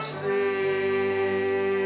see